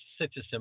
citizen